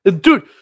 Dude